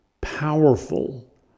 powerful